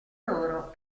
loro